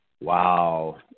Wow